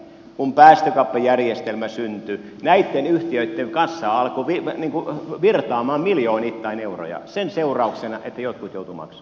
kun päästökauppajärjestelmä syntyi näitten yhtiöitten kassaan alkoi virtaamaan miljoonittain euroja sen seurauksena että jotkut joutuivat maksamaan